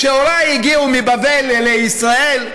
כשהורי הגיעו מבבל לישראל,